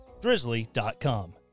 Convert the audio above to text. Drizzly.com